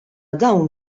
dawn